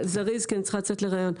זריז, כי אני צריכה לצאת לראיון.